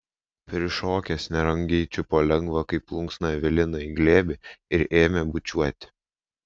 prišokęs nerangiai čiupo lengvą kaip plunksną eveliną į glėbį ir ėmė bučiuoti